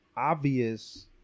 Obvious